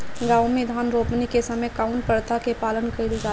गाँव मे धान रोपनी के समय कउन प्रथा के पालन कइल जाला?